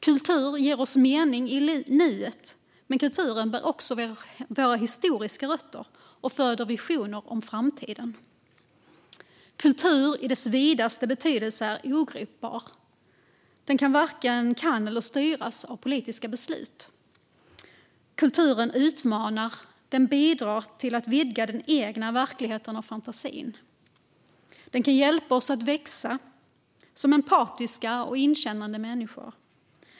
Kultur ger oss mening i nuet, men kulturen bär också våra historiska rötter och föder visioner om framtiden. Kulturen är i sin vidaste betydelse ogripbar. Den varken kan eller ska styras av politiska beslut. Kulturen utmanar. Den bidrar till att vidga den egna verkligheten och fantasin. Den kan hjälpa oss att växa som empatiska och inkännande människor.